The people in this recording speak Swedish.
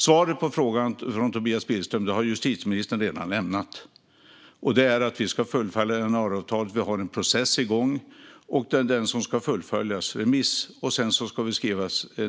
Svaret på frågan från Tobias Billström har justitieministern redan lämnat, och det är att vi ska fullfölja januariavtalet. Vi har en process igång, och det är den som ska fullföljas.